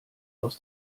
aus